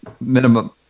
minimum